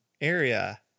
area